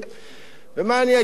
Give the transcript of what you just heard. ומה אני אגיד לך,